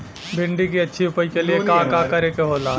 भिंडी की अच्छी उपज के लिए का का करे के होला?